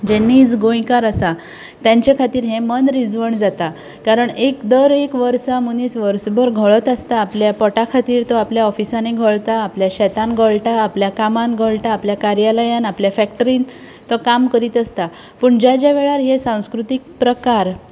जे नीज गोंयकार आसात तेंच्या खातीर हें मनरिजवण जाता कारण एक दर एक वर्सा मनीस वर्सभर घोळत आसता आपल्या पोटा खातीर तो आपल्या ऑफिसांनी घोळटा आपल्या शेतांत घोळटा आपल्या कामांत घोळटा आपल्या कार्यालयांत आपल्या फॅक्टरींत तो काम करीत आसता पूण ज्या ज्या वेळार हे सांस्कृतीक प्रकार